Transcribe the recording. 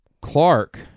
Clark